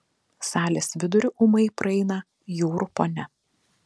salės viduriu ūmai praeina jūrų ponia